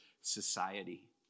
society